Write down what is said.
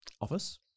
office